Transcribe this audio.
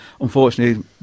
Unfortunately